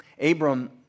Abram